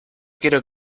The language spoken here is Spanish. quiero